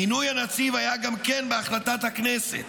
מינוי הנציב היה גם כן בהחלטת הכנסת,